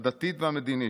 הדתית והמדינית,